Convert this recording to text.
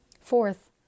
Fourth